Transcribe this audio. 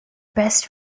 best